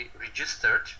registered